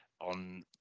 on